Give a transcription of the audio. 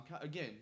Again